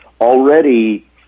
Already